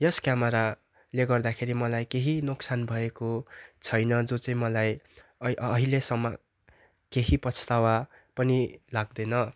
यस क्यामराले गर्दाखेरि मलाई केही नोक्सान भएको छैन जो चाहिँ मलाई ऐ अहिलेसम्म केही पछ्तावा पनि लाग्दैन